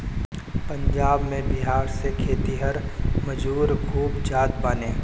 पंजाब में बिहार से खेतिहर मजूर खूब जात बाने